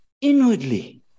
inwardly